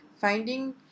finding